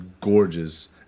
gorgeous